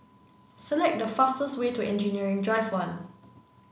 select the fastest way to Engineering Drive One